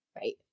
right